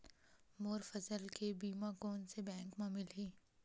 मोर फसल के बीमा कोन से बैंक म मिलही?